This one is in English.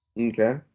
Okay